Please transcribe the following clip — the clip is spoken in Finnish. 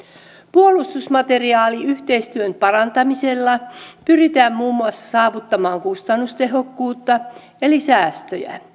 puolustusmateriaaliyhteistyön parantamisella pyritään muun muassa saavuttamaan kustannustehokkuutta eli säästöjä